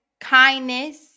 kindness